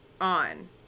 on